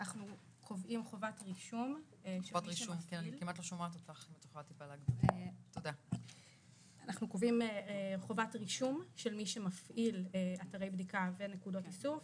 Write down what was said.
אנחנו קובעים חובת רישום של מי שמפעיל אתרי בדיקה ונקודות איסוף,